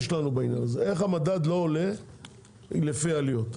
איך המדד לא עולה לפי העליות?